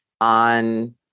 on